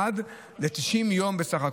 עד ל-90 יום בסך הכול.